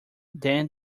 then